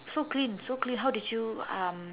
so clean so clean how did you um